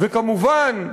וכמובן,